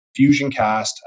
FusionCast